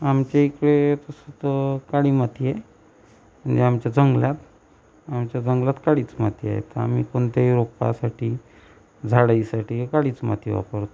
आमच्या इकडे तसं तर काळी माती आहे आणि आमच्या जंगलात आमच्या जंगलात काळीच माती आहे आम्ही पण ते रोपासाठी झाडं येसाठी काळीच माती वापरतो